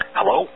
Hello